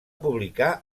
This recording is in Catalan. publicar